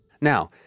Now